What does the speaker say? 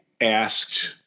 asked